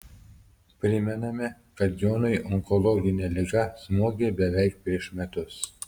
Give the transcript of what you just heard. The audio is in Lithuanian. primename kad jonui onkologinė liga smogė beveik prieš metus